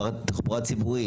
תחבורה ציבורית.